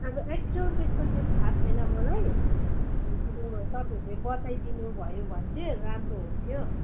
अब एक्चुएल त्यस्तो चाहिँ थाह छैन मलाई अनि तपाईँहरूले बताइदिनु भयो भन् चाहिँ राम्रो हुन्थ्यो